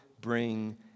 bring